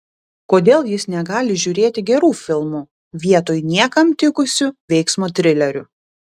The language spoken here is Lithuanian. kodėl jis negali žiūrėti gerų filmų vietoj niekam tikusių veiksmo trilerių